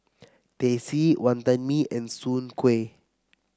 Teh C Wantan Mee and Soon Kueh